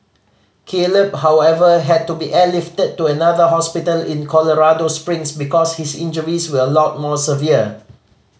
Caleb however had to be airlifted to another hospital in Colorado Springs because his injuries were a lot more severe